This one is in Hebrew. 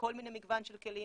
במגוון של כלים.